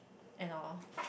and or